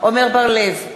עמר בר-לב,